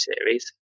series